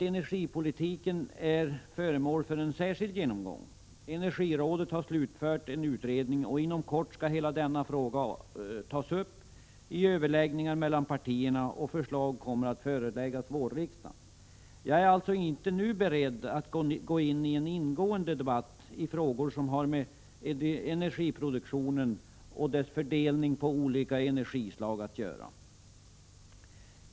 Energipolitiken är emellertid föremål för en särskild genomgång — energirådet har slutfört en utredning, och inom kort skall hela denna fråga upp i överläggningar mellan partierna, och förslag kommer att föreläggas vårriksdagen. Jag är därför inte nu beredd att gå in i en ingående debatt i frågor som har att göra med energiproduktionen och dess fördelning på olika energislag.